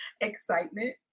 excitement